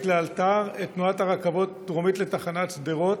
לאלתר את תנועת הרכבות דרומית לתחנת שדרות,